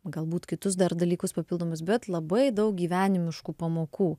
galbūt kitus dar dalykus papildomus bet labai daug gyvenimiškų pamokų